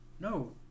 No